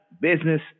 business